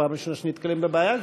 זו הפעם הראשונה שנתקלים בבעיה הזאת.